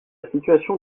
situation